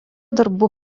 darbų